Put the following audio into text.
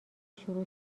شروع